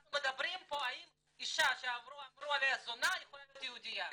אנחנו מדברים פה האם אישה שאמרו עליה זונה יכולה להיות יהודייה.